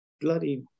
bloody